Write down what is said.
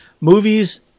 movies